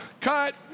cut